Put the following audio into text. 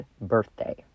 birthday